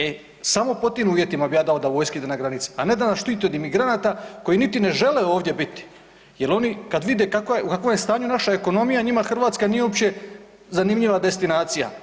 E samo pod tim uvjetima bi ja dao da vojska ide na granice, a ne da nas štiti od migranata koji niti ne žele ovdje biti jel oni vide u kakvom je stanju naša ekonomija njima Hrvatska nije uopće zanimljiva destinacija.